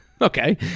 Okay